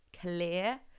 clear